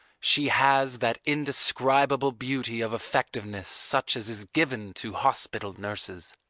she has that indescribable beauty of effectiveness such as is given to hospital nurses.